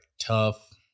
tough